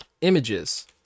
images